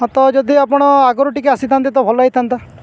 ହଁ ତ ଯଦି ଆପଣ ଆଗରୁ ଟିକେ ଆସିଥାନ୍ତେ ଭଲ ହେଇଥାନ୍ତା